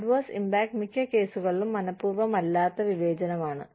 adverse impact മിക്ക കേസുകളിലും മനഃപൂർവമല്ലാത്ത വിവേചനമാണ്